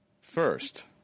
First